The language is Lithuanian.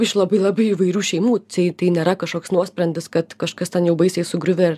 iš labai labai įvairių šeimų tai tai nėra kažkoks nuosprendis kad kažkas ten jau baisiai sugriuvę ir